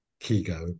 Kigo